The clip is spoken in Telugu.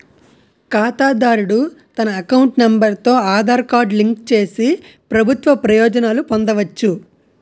ఖాతాదారుడు తన అకౌంట్ నెంబర్ తో ఆధార్ కార్డు లింక్ చేసి ప్రభుత్వ ప్రయోజనాలు పొందవచ్చు